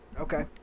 Okay